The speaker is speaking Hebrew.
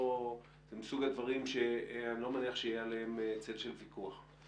זה מסוג הדברים שאני לא מניח שיהיה עליהם צל של ויכוח.